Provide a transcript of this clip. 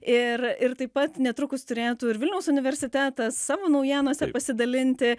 ir ir taip pat netrukus turėtų ir vilniaus universitetas savo naujienose pasidalinti